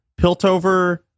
Piltover